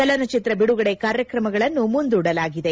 ಚಲನಚಿತ್ರ ಬಿಡುಗಡೆ ಕಾರ್ಯಕ್ರಮಗಳನ್ನೂ ಮುಂದೂಡಲಾಗಿದೆ